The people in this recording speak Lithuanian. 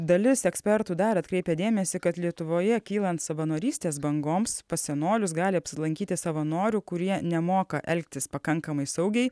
dalis ekspertų dar atkreipia dėmesį kad lietuvoje kylant savanorystės bangoms pas senolius gali apsilankyti savanorių kurie nemoka elgtis pakankamai saugiai